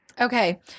Okay